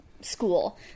School